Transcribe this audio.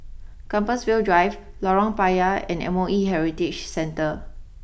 Compassvale Drive Lorong Payah and M O E Heritage Centre